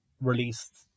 released